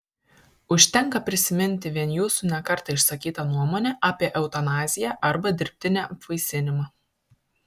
užtenka prisiminti vien jūsų ne kartą išsakytą nuomonę apie eutanaziją arba dirbtinį apvaisinimą